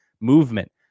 movement